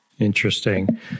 Interesting